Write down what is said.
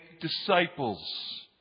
disciples